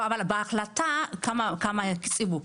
אבל בהחלטה כמה הקציבו?